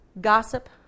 Gossip